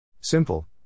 Simple